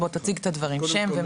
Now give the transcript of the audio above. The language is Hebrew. מר חברוני, תציג את הדברים בבקשה.